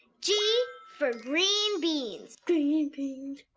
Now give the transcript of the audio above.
g for green beans. green beans